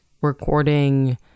recording